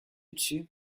dessus